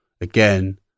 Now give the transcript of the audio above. again